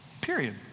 period